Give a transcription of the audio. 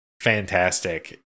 Fantastic